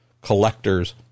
collectors